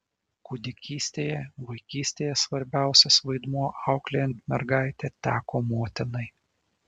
kūdikystėje vaikystėje svarbiausias vaidmuo auklėjant mergaitę teko motinai